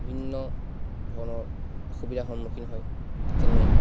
ভিন্ন ধৰণৰ অসুবিধাৰ সন্মুখীন হয় যেনে